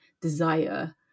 desire